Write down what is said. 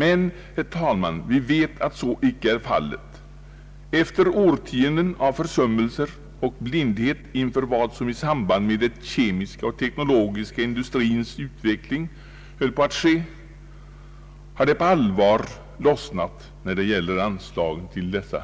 Men, herr talman, vi vet att så icke är fallet. Efter årtionden av försummelser och blindhet inför vad som i samband med den kemiska och teknologiska industrins utveckling höll på att ske har det på allvar lossnat, när det gäller anslagen till dessa